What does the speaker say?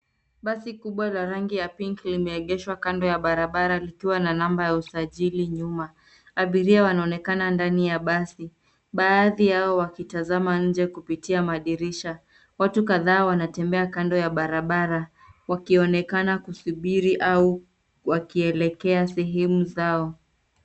Basi kubwa la rangi ya pinki limeegeshwa kando ya barabara likiwa na namba ya usajili nyuma. Abiria wanaonekana ndani ya basi, baadhi yao wakitazama nje kupitia madirisha. Watu kadhaa wanatembea kando ya barabara wakionekana kusubiri au wakielekea sehemu zao.